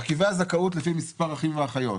מרכיבי הזכאות לפי מספר אחים ואחיות,